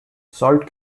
salt